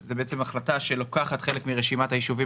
זו בעצם החלטה שלוקחת חלק מרשימת היישובים